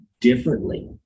differently